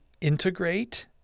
integrate